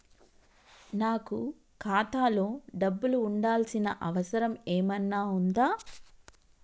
నాకు ఖాతాలో డబ్బులు ఉంచాల్సిన అవసరం ఏమన్నా ఉందా?